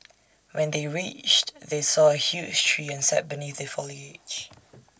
when they reached they saw A huge tree and sat beneath the foliage